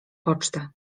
pocztę